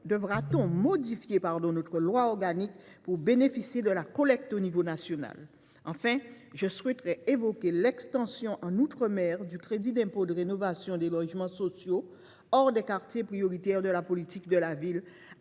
devrons nous modifier notre loi organique pour bénéficier de la collecte à l’échelon national ? Enfin, j’évoquerai l’extension outre mer du crédit d’impôt de rénovation des logements sociaux hors des quartiers prioritaires de la politique de la ville